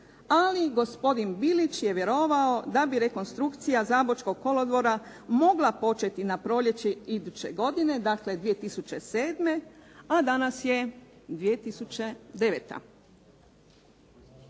ali gospodin Bilić je vjerovao da bi rekonstrukcija Zabočkog kolodvora mogla početi na proljeće iduće godine, dakle 2007. a danas je 2009.